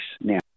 now